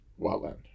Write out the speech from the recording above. Wildland